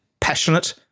passionate